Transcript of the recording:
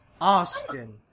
Austin